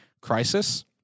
Crisis